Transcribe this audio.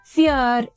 Fear